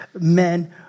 men